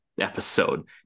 episode